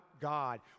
God